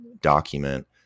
document